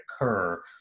occur